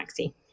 Maxi